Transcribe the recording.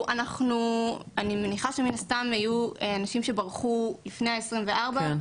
אני מניחה שמן הסתם היו אנשים שברחו לפני ה-24,